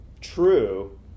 True